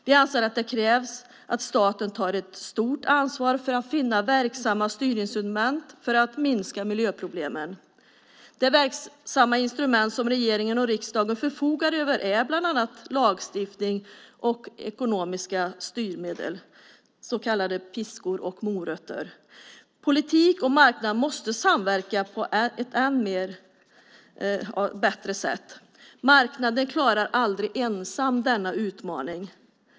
Vi anser att det krävs att staten tar ett stort ansvar för att finna verksamma styrinstrument för att minska miljöproblemen. De verksamma instrument som regeringen och riksdagen förfogar över är bland annat lagstiftning och ekonomiska styrmedel, så kallade piskor och morötter. Politik och marknad måste samverka på ett bättre sätt. Marknaden klarar inte ensam denna utmaning.